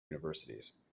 universities